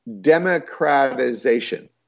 democratization